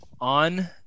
on